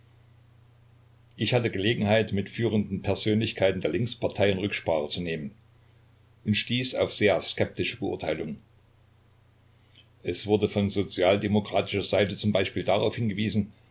ich hatte gelegenheit mit führenden persönlichkeiten der linksparteien rücksprache zu nehmen und stieß auf sehr skeptische beurteilung es wurde von sozialdemokratischer seite z b darauf hingewiesen